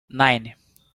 nine